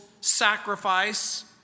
sacrifice